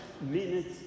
minutes